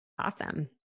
Awesome